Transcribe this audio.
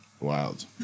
Wild